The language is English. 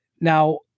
Now